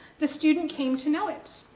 the student came to know it.